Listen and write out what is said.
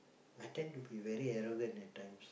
I tend to be very arrogant at times